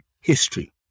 history